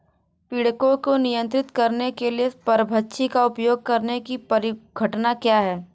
पीड़कों को नियंत्रित करने के लिए परभक्षी का उपयोग करने की परिघटना क्या है?